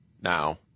now